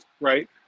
right